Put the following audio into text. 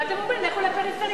ואתם אומרים: לכו לפריפריה.